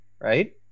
right